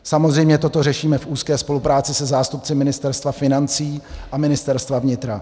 Samozřejmě toto řešíme v úzké spolupráci se zástupci Ministerstva financí a Ministerstva vnitra.